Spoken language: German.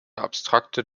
abstrakte